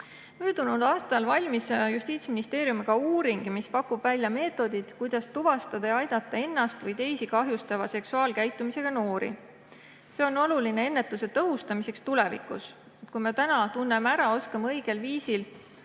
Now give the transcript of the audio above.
Möödunud aastal valmis Justiitsministeeriumiga uuring, mis pakub välja meetodid, kuidas tuvastada ja aidata ennast või teisi kahjustava seksuaalkäitumisega noori. See on oluline ennetuse tõhustamiseks tulevikus. Kui me täna tunneme ära ja oskame õigel viisil